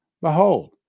Behold